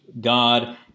God